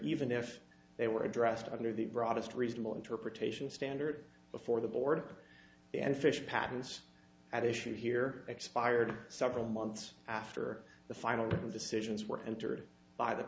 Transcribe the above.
even if they were addressed under the broadest reasonable interpretation standard before the board and fish patents at issue here expired several months after the final decisions were entered by the